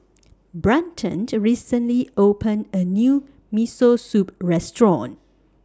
Brenton recently opened A New Miso Soup Restaurant